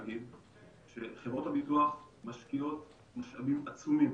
חברות הביטוח משקיעות משאבים עצומים